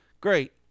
great